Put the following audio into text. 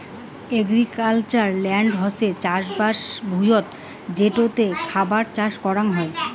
agricultural land হসে চাষবাস ভুঁইয়ত যেটোতে খাবার চাষ করাং হই